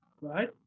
right